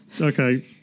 okay